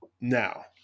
Now